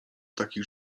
takich